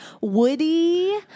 woody